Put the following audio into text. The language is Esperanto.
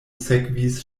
sekvis